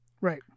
Right